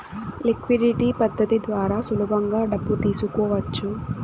liquidity పద్ధతి ద్వారా సులభంగా డబ్బు తీసుకోవచ్చు